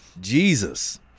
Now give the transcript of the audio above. jesus